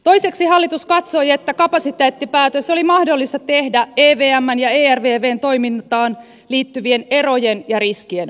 toiseksi hallitus katsoi että kapasiteettipäätös oli mahdollista tehdä evmn ja ervvn toimintaan liittyvien erojen ja riskien vuoksi